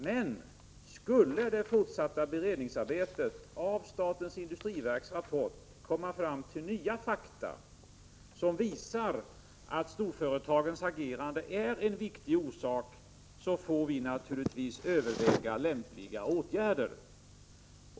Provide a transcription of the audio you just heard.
Men om man i det fortsatta beredningsarbetet avseende industriverkets rapport skulle komma fram till nya fakta, som visar att storföretagens agerande är en viktig orsak, får vi naturligtvis överväga lämpliga åtgärder.